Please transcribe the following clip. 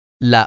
la